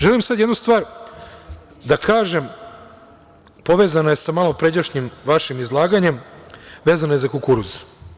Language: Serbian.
Želim sada jednu stvar da kažem, povezana je sa malopređašnjim vašim izlaganjem, vezano je za kukuruz.